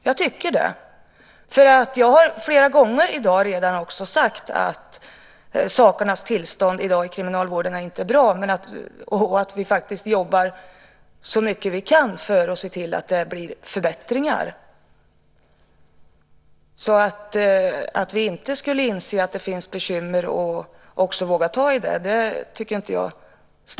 Jag har flera gånger i dag redan sagt att sakernas tillstånd i kriminalvården inte är bra och att vi jobbar så mycket vi kan för att se till att det blir förbättringar. Jag tycker inte att det stämmer att vi inte skulle inse att det finns bekymmer och även våga ta i det.